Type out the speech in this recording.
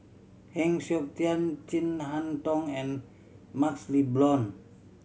Heng Siok Tian Chin Harn Tong and MaxLe Blond